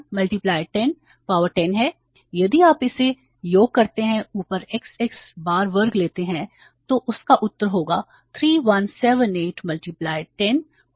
यह 96110 पावर 10 है यदि आप इसे योग करते हैं ऊपर x x बार वर्ग लेते हैं तो इसका उत्तर होगा 3178 10 पावर10 जोकि सही है